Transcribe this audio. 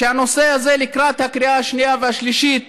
שלקראת הקריאה השנייה והשלישית